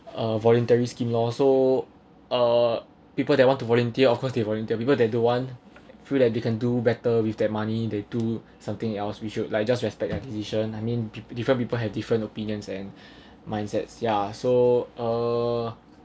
a voluntary scheme lor so uh people that want to volunteer of course they volunteer people that don't want feel that they can do better with that money they do something else we should like just respect her decision I mean different people have different opinions and mindsets yah so err